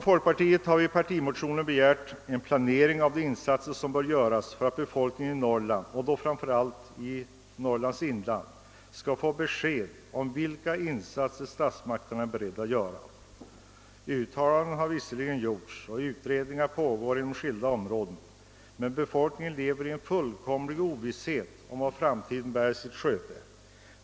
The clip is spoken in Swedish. Folkpartiet har i partimotioner begärt en planering av de insatser som bör göras för att befolkningen i Norrland och då framför allt dess inland skall få besked om vilka insatser statsmakterna är beredda till. Uttalanden har visserligen gjorts och utredningar pågår inom skilda områden, men befolkningen lever i fullkomlig ovisshet om vad framtiden bär i sitt sköte.